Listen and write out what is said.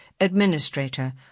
administrator